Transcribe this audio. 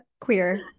queer